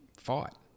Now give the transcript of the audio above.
fought